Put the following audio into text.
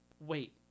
wait